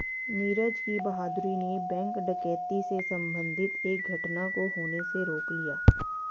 नीरज की बहादूरी ने बैंक डकैती से संबंधित एक घटना को होने से रोक लिया